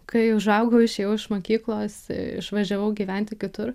kai užaugau išėjau iš mokyklos išvažiavau gyventi kitur